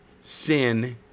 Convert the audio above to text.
sin